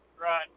Right